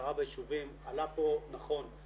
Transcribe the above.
ההכרה ביישובים עלה פה, נכון,